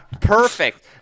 Perfect